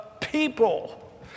people